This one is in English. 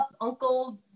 uncle